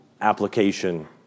application